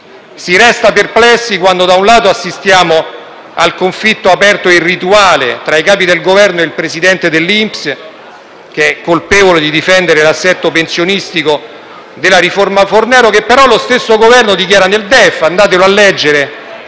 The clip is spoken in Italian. Si resta perplessi quando, da un lato, assistiamo al conflitto aperto e irrituale tra i capi del Governo e il presidente dell'INPS, colpevole di difendere l'assetto pensionistico della riforma Fornero, e, dall'altro, lo stesso Governo dichiara nel DEF (andate a leggere